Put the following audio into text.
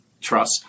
trust